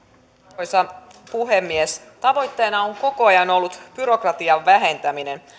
arvoisa puhemies tavoitteena on koko ajan ollut byrokratian vähentäminen